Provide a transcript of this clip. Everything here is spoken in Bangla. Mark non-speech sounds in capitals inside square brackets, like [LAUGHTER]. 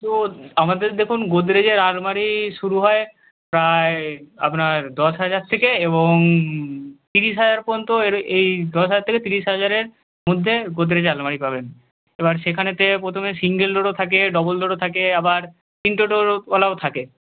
তো [UNINTELLIGIBLE] আমাদের দেখুন গোদরেজের আলমারি শুরু হয় প্রায় আপনার দশ হাজার থেকে এবং তিরিশ হাজার পর্যন্ত এর এই দশ হাজার থেকে তিরিশ হাজারের মধ্যে গোদরেজ আলমারি পাবেন এবার সেখানেতে প্রথমে সিঙ্গেল ডোরও থাকে ডবল ডোরও থাকে আবার তিনটে ডোরওয়ালাও থাকে